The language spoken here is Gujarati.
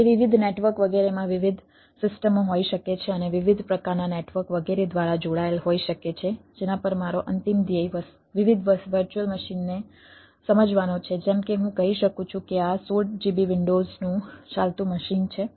તે વિવિધ નેટવર્ક વગેરેમાં વિવિધ સિસ્ટમો હોઈ શકે છે અને વિવિધ પ્રકારના નેટવર્ક વગેરે દ્વારા જોડાયેલ હોઈ શકે છે જેના પર મારો અંતિમ ધ્યેય વિવિધ વર્ચ્યુઅલ મશીનને સમજવાનો છે જેમ કે હું કહી શકું છું કે આ 16GB વિન્ડોઝનું ચાલતું મશીન છે